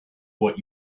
what